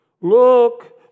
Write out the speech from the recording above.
look